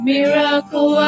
Miracle